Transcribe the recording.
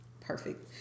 Perfect